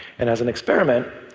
and as an experiment,